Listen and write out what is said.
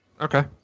Okay